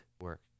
work